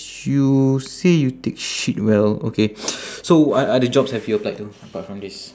you say you take shit well okay so what other jobs have you applied to apart from this